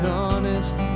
honest